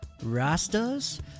Rastas